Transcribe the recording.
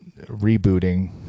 rebooting